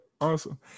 Awesome